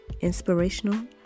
Inspirational